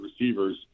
receivers